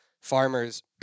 farmers